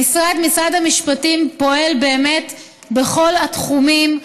המשרד, משרד המשפטים, פועל באמת בכל התחומים,